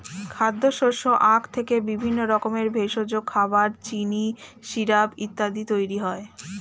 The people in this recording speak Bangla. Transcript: খাদ্যশস্য আখ থেকে বিভিন্ন রকমের ভেষজ, খাবার, চিনি, সিরাপ ইত্যাদি তৈরি হয়